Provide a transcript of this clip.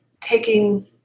taking